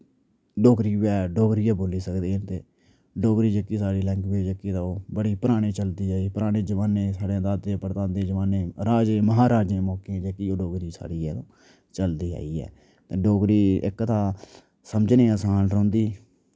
डोगरी गै डोगरी गै बोली सकदे न डोगरी जेह्की साढ़ी लैंगुएज जेह्की ते ओह् बड़ी पराने चलदी आई पराने जमाने साढ़े दादे परदादे जमाने राजे महाराजे मौके जेह्की ओ डोगरी साढ़ी ऐ चलदी आई ऐ डोगरी इक तां समझने असान रौह्ंदी